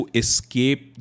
escape